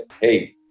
hey